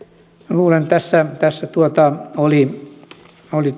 luulen että tässä oli oli